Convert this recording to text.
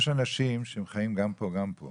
יש אנשים שחיים גם פה וגם פה